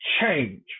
change